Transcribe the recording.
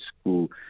school